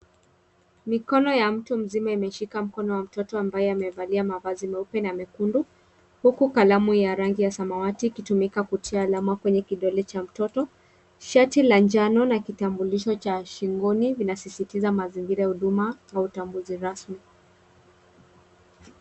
Mikono ya mtu mzima imeshika mkono wa mtoto ambaye amevalia mavazi meupe na mekundu huku kalamu ya rangi ya samawati ikitumika kutia alama kwenye kidole cha mtoto. Shati la njano na kitambulisho cha shingoni inasisitiza mazingira ya huduma au utambuzi rasmi.